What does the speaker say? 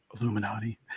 Illuminati